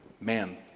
man